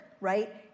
right